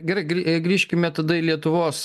gerai grį grįžkime tada į lietuvos